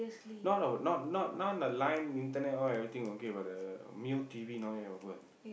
not our now now now the line internet all everything all okay but the Mio T_V not yet open